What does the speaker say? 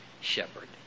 shepherd